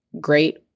great